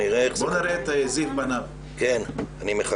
ועוד שני מאמרים באנגלית בנדון.